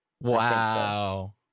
wow